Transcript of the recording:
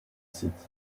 city